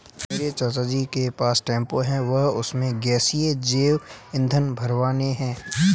मेरे चाचा जी के पास टेंपो है वह उसमें गैसीय जैव ईंधन भरवाने हैं